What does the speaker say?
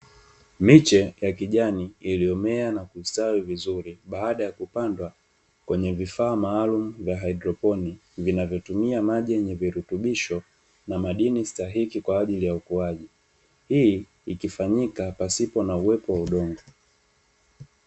Miche ya kijani iliyomea na kustawi vizuri baada ya kupandwa kwenye vifaa maalumu vya haidroponi, vinavyotumia maji yenye virutubisho na madini stahiki kwa ajili ya ukuaji, hii ikifanyika pasipo na uwepo wa udongo.